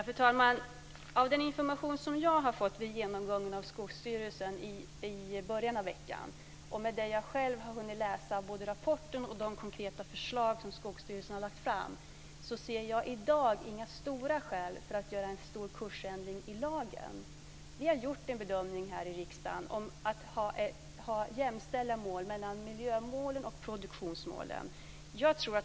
Fru talman! Av den information som jag har fått vid genomgången med Skogsstyrelsen i början av veckan, och med det jag själv jag har hunnit läsa i rapporten och de konkreta förslag som Skogsstyrelsen har lagt fram, ser jag i dag inga stora skäl för att göra en stor kursändring i lagen. Vi har gjort en bedömning i riksdagen att miljömålen och produktionsmålen är jämställda.